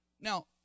now